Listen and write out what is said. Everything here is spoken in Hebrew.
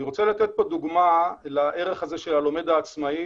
אני רוצה לתת דוגמה לערך הלומד העצמאי